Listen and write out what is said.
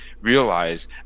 realize